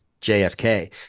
JFK